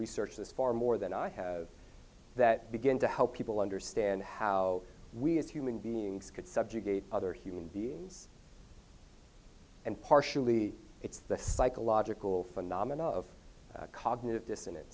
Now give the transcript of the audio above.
researched this far more than i have that begin to help people understand how we as human beings could subjugate other human beings and partially it's the psychological phenomenon of cognitive dis